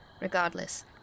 Regardless